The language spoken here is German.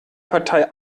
partei